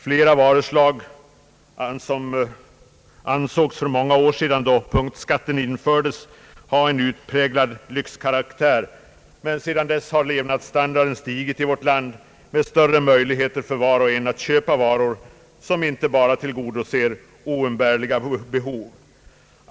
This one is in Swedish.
Flera varuslag ansågs för många år sedan då punktskatten infördes ha utpräglad lyxkaraktär, men sedan dess har levnadsstandarden stigit i vårt land med större möjligheter för var och en att köpa varor som inte bara tillgodoser oumbärliga behov.